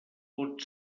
pot